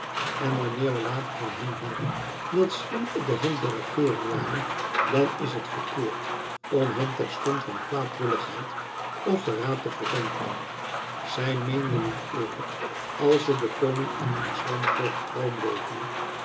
en wanneer we later van hen hooren dat ze niet op de hand der regeering waren dan is het verkeerd om hen terstond van kwaadwilligheid of verraad te verdenken zij meenden het eerlijk als ze den koning en diens landvoogd getrouw bleven